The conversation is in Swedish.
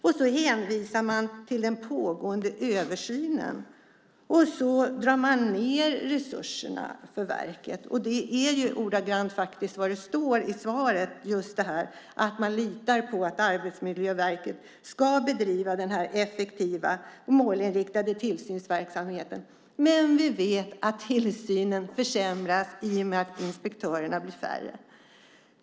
Sedan hänvisar man till den pågående översynen och drar ned resurserna för verket. Detta är vad som står i svaret, att man litar på att Arbetsmiljöverket ska bedriva den här effektiva och målinriktade tillsynsverksamheten. Men vi vet att tillsynen försämras i och med att inspektörerna blir färre.